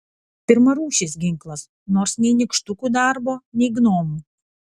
pirmarūšis ginklas nors nei nykštukų darbo nei gnomų